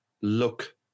look